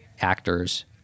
actors